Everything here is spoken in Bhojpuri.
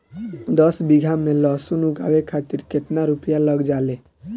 दस बीघा में लहसुन उगावे खातिर केतना रुपया लग जाले?